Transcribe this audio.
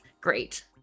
great